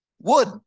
Wood